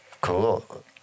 cool